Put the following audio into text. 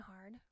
hard